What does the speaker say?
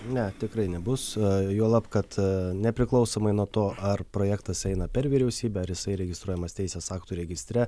ne tikrai nebus juolab kad nepriklausomai nuo to ar projektas eina per vyriausybę ar jisai registruojamas teisės aktų registre